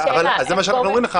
אז זה מה שאנחנו אומרים לך,